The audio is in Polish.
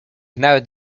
nawet